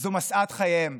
זו משאת חייהם.